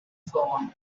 gone